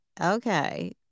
Okay